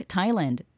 Thailand